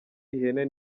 ihene